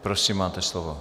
Prosím, máte slovo.